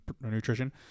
nutrition